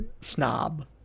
snob